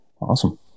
awesome